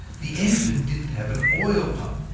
the engine didn't have an oil pump.